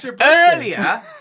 Earlier